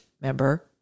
member